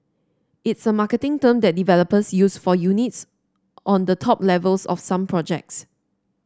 it's a marketing term that developers use for units on the top levels of some projects